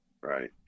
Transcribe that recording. right